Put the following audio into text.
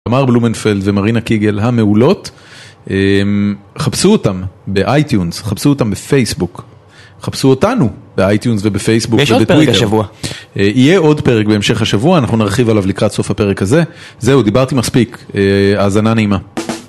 תמר בלומנפלד ומרינה קיגל המעולות, חפשו אותם באייטיונס, חפשו אותם בפייסבוק, חפשו אותנו באייטיונס ובפייסבוק ובטוויטר. יש עוד פרק השבוע. יהיה עוד פרק בהמשך השבוע, אנחנו נרחיב עליו לקראת סוף הפרק הזה. זהו, דיברתי מספיק, האזנה נעימה.